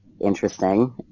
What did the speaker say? interesting